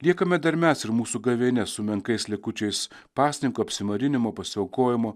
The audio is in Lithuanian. liekame dar mes ir mūsų gavėnia su menkais likučiais pasninko apsimarinimo pasiaukojimo